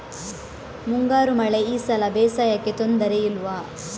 ಮುಂಗಾರು ಮಳೆ ಈ ಸಲ ಬೇಸಾಯಕ್ಕೆ ತೊಂದರೆ ಇಲ್ವ?